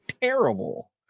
terrible